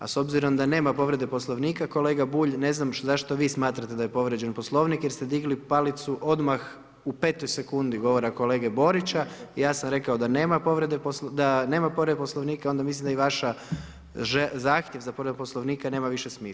A s obzirom da nema povrede Poslovnika kolega Bulj ne znam zašto vi smatrate da je povrijeđen Poslovnik jer ste digli palicu odmah u 5.-oj sekundi govora kolege Borića, ja sam rekao da nema povrede Poslovnika onda mislim da i vaš zahtjev za povredom Poslovnika nema više smisla.